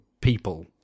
people